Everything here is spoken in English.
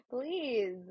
please